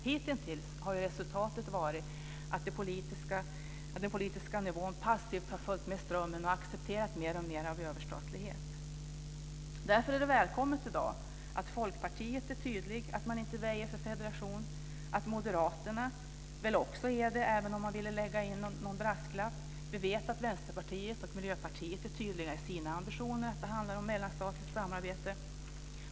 Hitintills har ju resultatet varit att den politiska nivån passivt har följt med strömmen och accepterat mer och mer av överstatlighet. Därför är det i dag välkommet att Folkpartiet är tydligt, att man inte väjer för en federation. Moderaterna är väl också det, även om de ville lägga in en brasklapp. Vi vet att Vänsterpartiet och Miljöpartiet är tydliga i sina ambitioner, att det handlar om ett mellanstatligt samarbete.